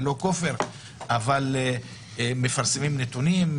מפרסמים נתונים,